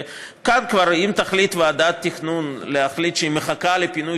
אם תחליט ועדת תכנון שהיא מחכה לפינוי